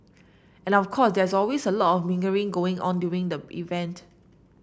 and of course there is always a lot of mingling going on during the event